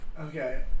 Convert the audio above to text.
Okay